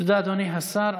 תודה, אדוני השר.